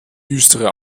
düstere